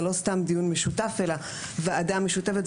זה לא סתם דיון משותף אלא וועדה משותפת.